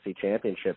Championship